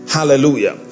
Hallelujah